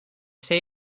say